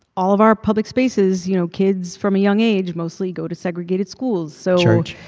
all of our public spaces, you know? kids from a young age mostly go to segregated schools, so. church.